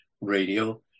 Radio